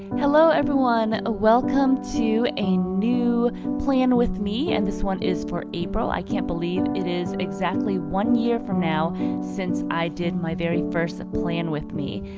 hello everyone. welcome to a new plan with me and this one is for april. i can't believe it is exactly one year from now since i did my very first plan with me.